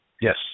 Yes